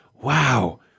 Wow